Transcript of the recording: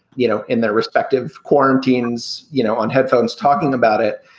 you know, in their respective corm teens, you know, on headphones talking about it,